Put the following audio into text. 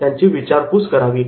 त्यांची विचारपूस करावी